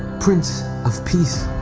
prince of peace.